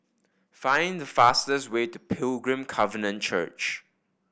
find the fastest way to Pilgrim Covenant Church